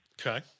Okay